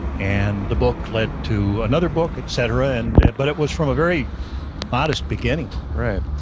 and the book led to another book, etc. and but it was from a very modest beginning right.